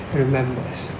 remembers